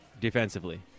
defensively